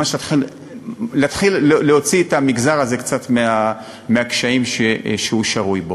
ממש להתחיל להוציא קצת את המגזר הזה מהקשיים שהוא שרוי בהם.